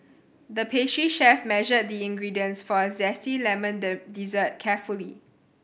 the pastry chef measured the ingredients for a zesty lemon dessert carefully